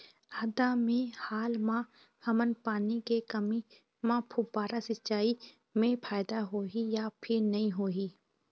आदा मे हाल मा हमन पानी के कमी म फुब्बारा सिचाई मे फायदा होही या फिर नई होही?